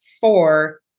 four